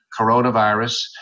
coronavirus